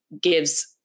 gives